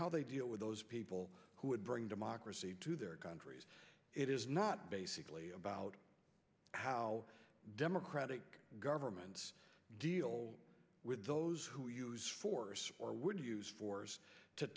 how they deal with those people who would bring democracy to their countries it is not basically about how democratic governments deal with those who use force or would use force to